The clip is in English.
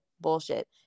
bullshit